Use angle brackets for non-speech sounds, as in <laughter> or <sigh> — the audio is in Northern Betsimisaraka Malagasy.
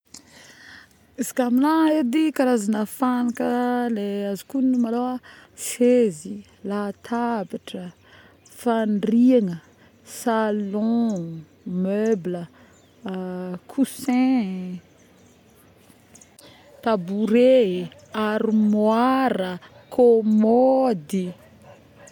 Iz' ka amina edy karazagna fagnaka le azoko ognona malôha sezy, latabatra, fadriagna ,salon, meuble. <hesitation> coussin. tabouret, armoira, komody